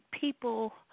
people